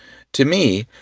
to me,